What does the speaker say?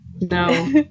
no